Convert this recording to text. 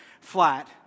Flat